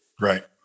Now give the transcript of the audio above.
Right